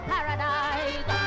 Paradise